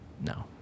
No